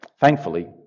Thankfully